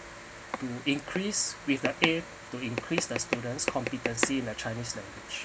to increase with the aim to increase the students competency in the chinese language